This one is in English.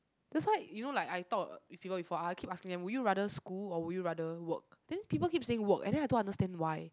that's why you know like I talk with people before I keep asking them would you rather school or would you rather work then people keep saying work and then I don't understand why